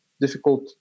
difficult